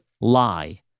lie